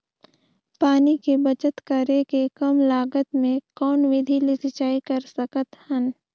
पानी के बचत करेके कम लागत मे कौन विधि ले सिंचाई कर सकत हन?